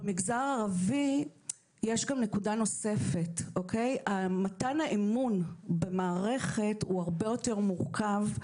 במגזר הערבי יש גם נקודה נוספת: מתן האמון במערכת הוא הרבה יותר מורכב,